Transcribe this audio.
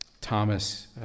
Thomas